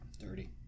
Dirty